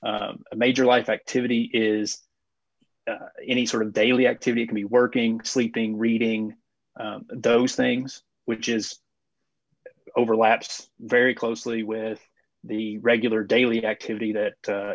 major life activity is any sort of daily activity can be working sleeping reading those things which is overlaps very closely with the regular daily activity that